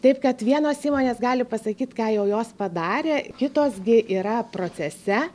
taip kad vienos įmonės gali pasakyti ką jau jos padarė kitos gi yra procese